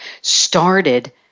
started